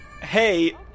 Hey